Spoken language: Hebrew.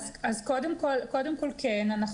אז קודם כל כן,